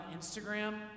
Instagram